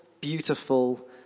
beautiful